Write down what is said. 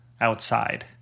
outside